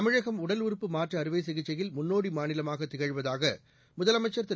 தமிழகம் உடல் உறுப்பு மாற்று அறுவை சிகிச்சையில் முன்னோடி மாநிலமாக திகழ்வதாக முதலமைச்சர் திரு